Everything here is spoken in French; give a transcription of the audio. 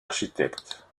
architecte